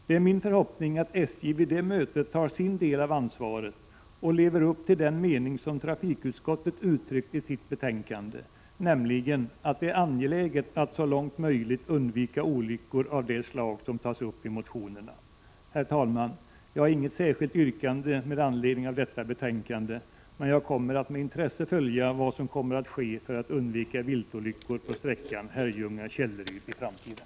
Det är min förhoppning att SJ vid det mötet tar sin del av ansvaret och lever upp till den mening som trafikutskottet uttryckt i sitt betänkande, nämligen att det är angeläget att så långt möjligt undvika olyckor av det slag som tas upp i motionerna. Herr talman! Jag har inget särskilt yrkande med anledning av detta betänkande, men jag skall med intresse följa vad som kommer att ske för att undvika viltolyckor på sträckan Herrljunga—Källeryd i framtiden.